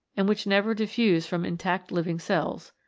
and which never diffuse from intact living cells.